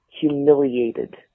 humiliated